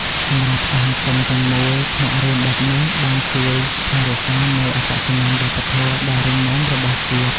សម្រាប់ សហគមន៍ ទាំងមូល ថ្នាក់រៀនបែបនេះបានជួយ ថែរក្សានូវអត្តសញ្ញាណវប្បធម៌ ដ៏រឹងមាំរបស់ជាតិ។